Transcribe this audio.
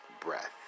breath